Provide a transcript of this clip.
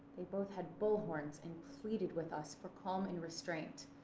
they both had bull horns and so pleaded with us for calm and restraint.